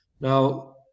Now